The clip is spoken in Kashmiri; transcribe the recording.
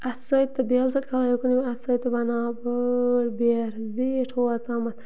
اَتھٕ سۭتۍ تہٕ بیلہٕ سۭتۍ کھلانیوکُن یِم اَتھٕ سۭتۍ تہٕ بَناو بٔڑ بیرٕ زیٖٹھ ہورتامَتھ